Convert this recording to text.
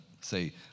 say